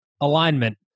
alignment